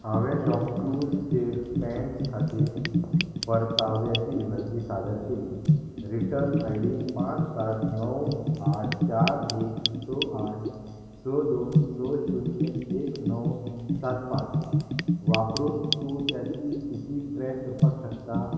हांवें शॉपक्लूज चेर पॅन्ट्स खातीर परताव्याची विनंती सादर केली रिटर्न आय डी पांच सात णव आठ चार एक स आठ स दोन स शुन्य एक णव सात पांच वापरून तूं त्याची स्थिती ट्रॅक करपाक शकता